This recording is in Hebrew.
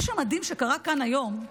מה שמדהים, מה שקרה כאן היום,